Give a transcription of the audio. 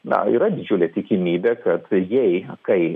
na yra didžiulė tikimybė kad jei kai